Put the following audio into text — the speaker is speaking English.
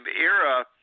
era